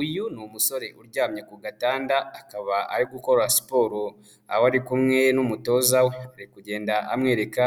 Uyu ni umusore uryamye ku gatanda akaba ari gukora siporo, aho ari kumwe n'umutoza we, aragenda amwereka